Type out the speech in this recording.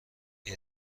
این